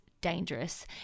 dangerous